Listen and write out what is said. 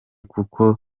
kuko